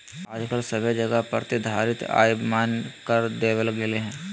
आजकल सभे जगह प्रतिधारित आय मान्य कर देवल गेलय हें